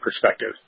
perspective